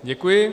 Děkuji.